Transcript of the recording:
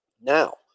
Now